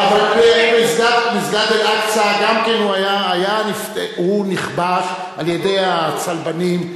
אבל מסגד אל-אקצא נכבש על-ידי הצלבנים.